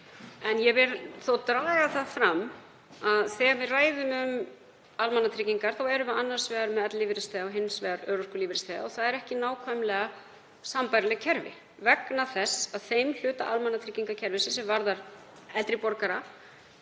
en ég vil þó draga það fram að þegar við ræðum um almannatryggingar þá erum við annars vegar með ellilífeyrisþega og hins vegar örorkulífeyrisþega og það eru ekki nákvæmlega sambærileg kerfi vegna þess að þeim hluta almannatryggingakerfisins sem varðar eldri borgara